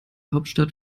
hauptstadt